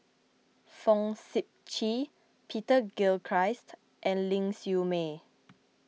Fong Sip Chee Peter Gilchrist and Ling Siew May